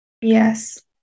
Yes